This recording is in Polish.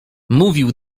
mówił